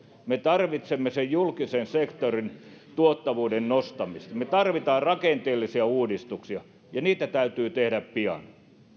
me tarvitsemme julkisen sektorin tuottavuuden nostamista me tarvitsemme rakenteellisia uudistuksia ja niitä täytyy tehdä pian